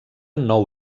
nou